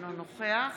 אינו נוכח